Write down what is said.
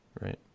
right